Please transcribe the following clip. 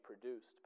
produced